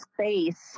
space